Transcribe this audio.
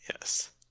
Yes